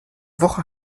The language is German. woche